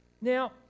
Now